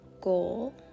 goal